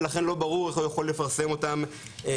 ולכן לא ברור איך הוא יכול לפרסם אותם מלכתחילה.